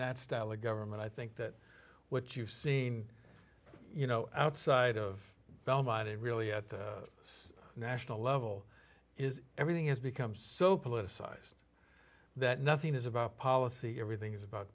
that style of government i think that what you've seen you know outside of belmont it really at the national level is everything has become so politicized that nothing is about policy everything is about